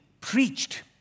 preached